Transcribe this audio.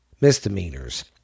Misdemeanors